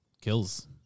kills